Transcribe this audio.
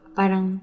parang